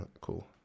Cool